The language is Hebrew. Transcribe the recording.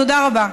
תודה רבה.